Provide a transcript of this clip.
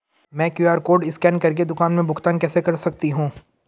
मैं QR code scan कर के दुकान में भुगतान कैसे कर सकती हूँ?